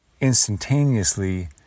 instantaneously